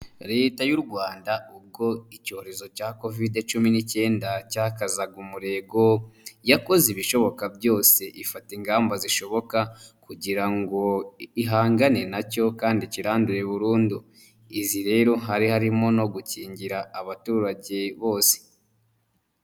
Leta y'u Rwanda ubwo icyorezo cya covide cumi n'icyenda cyakazaga umurego, yakoze ibishoboka byose ifata ingamba zishoboka kugira ngo ihangane nacyo kandi ikirandure burundu; izi rero hari harimo no gukingira abaturage bose.